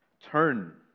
Turn